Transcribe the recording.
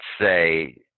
say